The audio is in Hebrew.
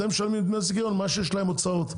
אתם משלמים דמי זיכיון על מה שיש להם הוצאות,